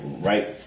right